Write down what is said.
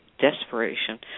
desperation